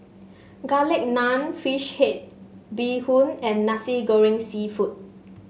Garlic Naan fish head Bee Hoon and Nasi Goreng seafood